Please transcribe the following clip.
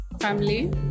Family